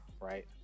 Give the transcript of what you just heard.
Right